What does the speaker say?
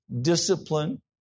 discipline